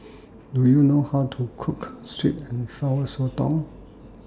Do YOU know How to Cook Sweet and Sour Sotong